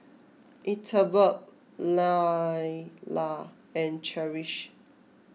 Ethelbert Lailah and Cherish